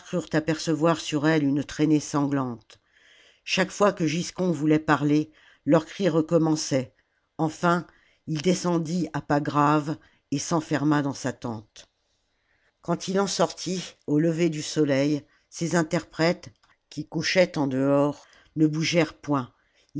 apercevoir sur elle une traînée sanglante chaque fois que giscon voulait parler leurs cris recommençaient enfin il descendit à pas graves et s'enferma dans sa tente q uand il en sortit au lever du soleil ses interprètes qui couchaient en dehors ne bougèrent pomt